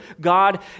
God